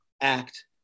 act